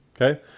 okay